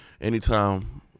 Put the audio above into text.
anytime